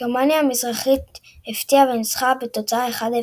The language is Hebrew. גרמניה המזרחית הפתיעה וניצחה בתוצאה 10,